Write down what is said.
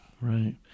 right